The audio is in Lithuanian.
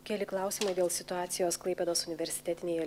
keli klausimai dėl situacijos klaipėdos universitetinėje